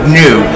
new